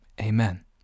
Amen